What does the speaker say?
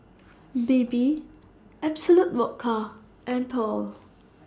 Bebe Absolut Vodka and Paul